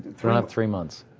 three um three months.